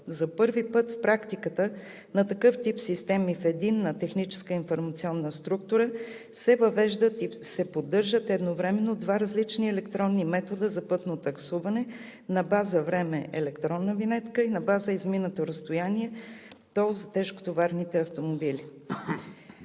За първи път в практиката на такъв тип системи в единна техническа информационна структура се въвеждат и се поддържат едновременно два различни електронни метода за пътно таксуване на база време – електронна винетка, и на база изминато разстояние – тол за тежкотоварните автомобили.